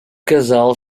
casal